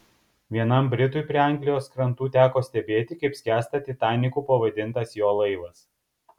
vienam britui prie anglijos krantų teko stebėti kaip skęsta titaniku pavadintas jo laivas